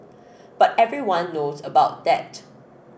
but everyone knows about that